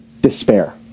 despair